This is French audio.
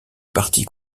parti